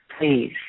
please